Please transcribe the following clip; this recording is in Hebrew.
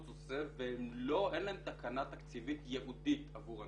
עושה ואין להן תקנה תקציבית ייעודית עבור הנושא.